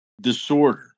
disorder